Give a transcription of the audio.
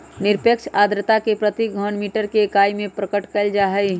निरपेक्ष आर्द्रता के प्रति घन मीटर के इकाई में प्रकट कइल जाहई